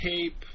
tape